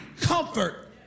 comfort